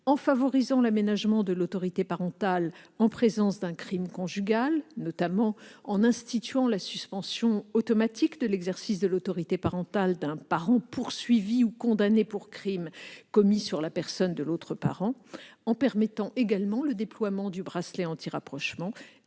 en favorisant l'aménagement de l'autorité parentale en présence d'un crime conjugal, notamment en instituant la suspension automatique de l'exercice de l'autorité parentale d'un parent poursuivi ou condamné pour crime commis sur la personne de l'autre parent, en permettant également le déploiement du bracelet anti-rapprochement